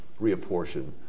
reapportion